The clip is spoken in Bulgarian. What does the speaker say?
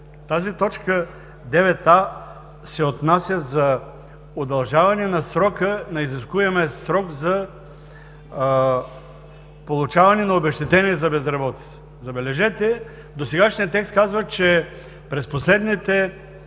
Тази т. 9а се отнася за удължаване на изискуемия срок за получаване на обезщетение за безработица. Забележете, че досегашният текст казва, че през последните